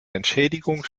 entschädigung